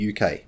UK